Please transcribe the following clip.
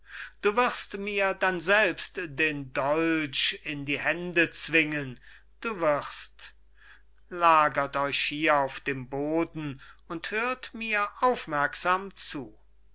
du wirst mir dann selbst den dolch in die hände zwingen du wirst lagert euch hier auf dem boden und hört mir aufmerksam zu